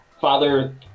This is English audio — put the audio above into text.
father